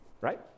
right